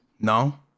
no